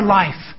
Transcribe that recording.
life